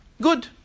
Good